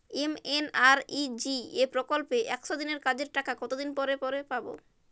MNREGA প্রকল্পে একশ দিনের কাজের টাকা কতদিন পরে পরে পাব?